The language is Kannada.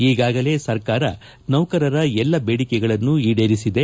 ಈಗಾಗಲೇ ಸರ್ಕಾರ ನೌಕರರ ಎಲ್ಲಾ ಬೇಡಿಕೆಗಳನ್ನು ಈಡೇರಿಸಿದೆ